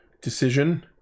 decision